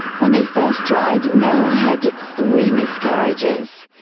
when they first tried, mel had three miscarriages.